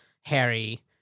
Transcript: Harry